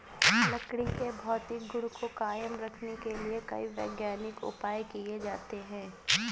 लकड़ी के भौतिक गुण को कायम रखने के लिए कई वैज्ञानिक उपाय किये जाते हैं